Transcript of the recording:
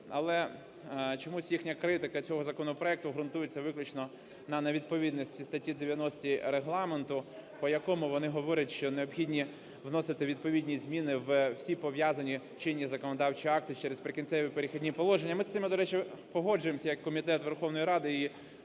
Але чомусь їхня критика цього законопроекту ґрунтується виключно на невідповідності статті 90 Регламенту, по якому, вони говорять, що необхідно вносити відповідні зміни в усі пов'язані чинні законодавчі акти через "Прикінцеві і Перехідні положення". Ми з цим, до речі, погоджуємося як комітет Верховної Ради в